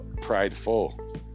prideful